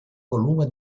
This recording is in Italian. volume